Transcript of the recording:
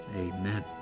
Amen